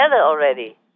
already